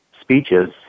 speeches